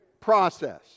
process